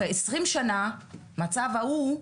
אחרי עשרים שנה מהצו ההוא,